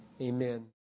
amen